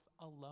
alone